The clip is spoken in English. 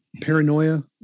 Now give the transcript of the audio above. paranoia